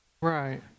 Right